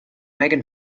megan